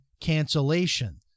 cancellation